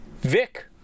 Vic